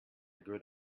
good